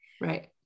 Right